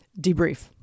debrief